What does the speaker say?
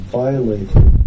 violated